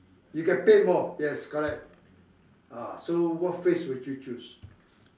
you get paid more yes correct ah so what phrase would you choose